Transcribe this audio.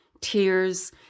tears